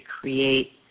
create